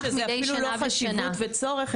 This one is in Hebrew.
אני חושבת שזה אפילו לא חשיבות וצורך,